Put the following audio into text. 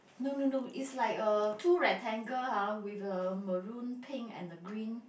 no no no it's like uh two rectangle !huh! with a maroon pink and the green